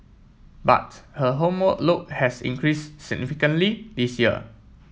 but her homework load has increase significantly this year